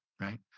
right